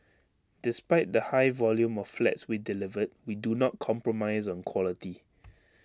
despite the high volume of flats we delivered we do not compromise on quality